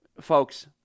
Folks